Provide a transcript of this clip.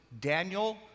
Daniel